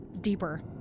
deeper